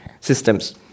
systems